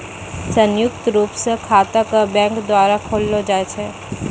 संयुक्त रूप स खाता क बैंक द्वारा खोललो जाय छै